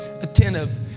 attentive